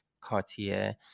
Cartier